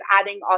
adding